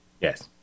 Yes